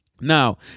Now